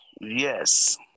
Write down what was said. Yes